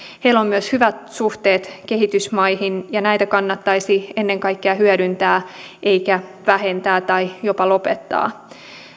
heillä on myös hyvät suhteet kehitysmaihin ja näitä kannattaisi ennen kaikkea hyödyntää eikä vähentää tai jopa lopettaa